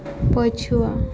ପଛୁଆ